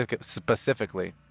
specifically